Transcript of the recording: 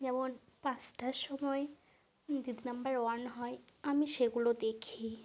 যেমন পাঁচটার সময় দিদি নম্বর ওয়ান হয় আমি সেগুলো দেখি